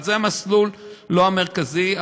זה לא המסלול המרכזי,